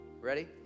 ready